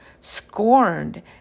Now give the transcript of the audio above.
scorned